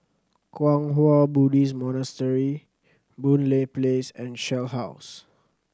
Kwang Hua Buddhist Monastery Boon Lay Place and Shell House